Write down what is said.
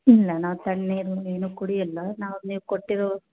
ಇಲ್ಲ ನಾವು ತಣ್ಣೀರ್ನ ಏನೂ ಕುಡಿಯಲ್ಲ ನಾವು ನೀವು ಕೊಟ್ಟಿರೊ